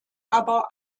aber